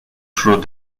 through